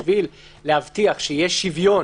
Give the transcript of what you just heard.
בשביל להבטיח שיהיה שוויון